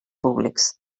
públics